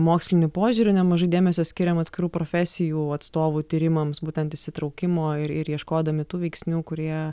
moksliniu požiūriu nemažai dėmesio skiriam atskirų profesijų atstovų tyrimams būtent įsitraukimo ir ir ieškodami tų veiksnių kurie